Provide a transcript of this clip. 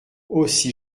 aussi